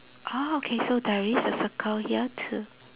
ah okay so there is a circle here too